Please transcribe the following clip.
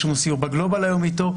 יש לנו סיור בגלובל אתו היום.